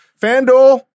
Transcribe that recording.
FanDuel